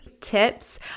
tips